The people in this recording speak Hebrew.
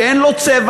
שאין לו צבע,